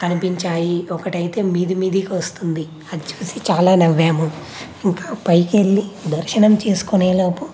కనిపించాయి ఒకటైతే మీది మీదికి వస్తుంది అది చూసి చాలా నవ్వాము ఇంకా పైకెళ్ళి దర్శనం చేసుకునే లోపు